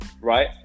right